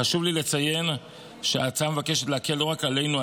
חשוב לי לציין שההצעה מבקשת להקל לא רק עלינו,